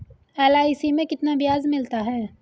LIC में कितना ब्याज मिलता है?